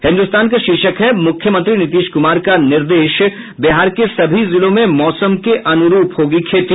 हिन्दुस्तान का शीर्षक है मुख्यमंत्री नीतीश कुमार का निर्देश बिहार के सभी जिलों में मौसम के अनुरूप होगी खेती